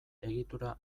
egitura